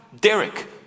Derek